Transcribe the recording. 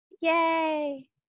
Yay